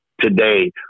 today